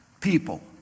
people